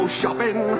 shopping